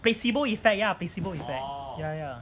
placebo effect ya placebo effect ya ya